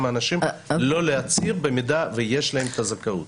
אנשים לא להצהיר במידה שיש להם את הזכאות.